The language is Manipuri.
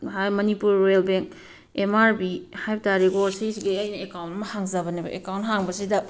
ꯍꯥꯏ Manipur rural bank M R B ꯍꯥꯏꯕ ꯇꯥꯔꯦꯀꯣ ꯁꯤꯁꯤꯒꯤ ꯑꯩꯅ ꯑꯦꯛꯀꯥꯎꯟ ꯑꯃ ꯍꯥꯡꯖꯕꯅꯦꯕ ꯑꯦꯛꯀꯥꯎꯟ ꯍꯥꯡꯕꯁꯤꯗ